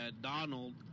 Donald